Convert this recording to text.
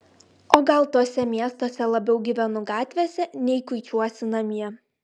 o gal tuose miestuose labiau gyvenu gatvėse nei kuičiuosi namie